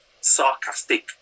sarcastic